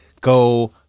go